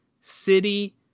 City